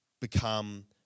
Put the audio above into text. become